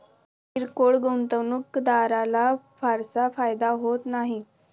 किरकोळ गुंतवणूकदाराला फारसा फायदा होत नाही